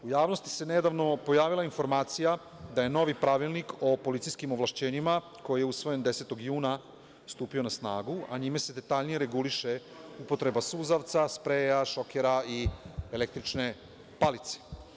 U javnosti se nedavno pojavila informacija da je novi Pravilnik o policijskim ovlašćenjima, koji je usvojen 10. juna, stupio na snagu, a njime se detaljnije reguliše upotreba suzavca, spreja, šokera i električne palice.